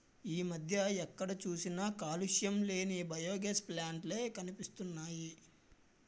ఈ మధ్య ఎక్కడ చూసినా కాలుష్యం లేని బయోగాస్ ప్లాంట్ లే కనిపిస్తున్నాయ్